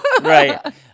Right